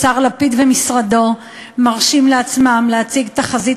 השר לפיד ומשרדו מרשים לעצמם להציג תחזית